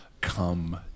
come